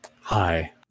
Hi